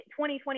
2020